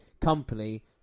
company